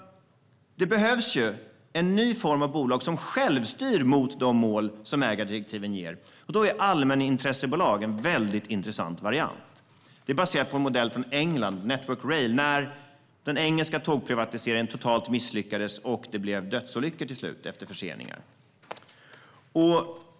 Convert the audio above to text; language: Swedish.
Det behövs en ny form av bolag som självstyr mot de mål som ägardirektiven ger. Då är allmänintressebolag en mycket intressant variant. De är baserade på en modell från England, Network Rail, som tillkom då den engelska tågprivatiseringen totalt hade misslyckats och det till slut blev dödsolyckor efter förseningar.